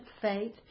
faith